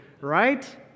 right